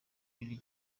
lil